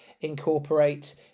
incorporate